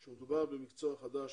כאשר מדובר במקצוע חדש